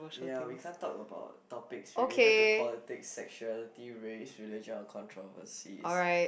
ya we can't talk about topics related to politics sexuality races religions or controversy